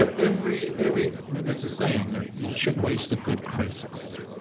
ah every every and there's a saying. like you shouldn't waste a good crisis.